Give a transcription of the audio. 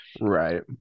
right